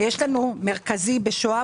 יש לנו מרכזי בשוהם.